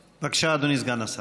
בבקשה, אדוני סגן השר.